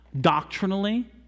doctrinally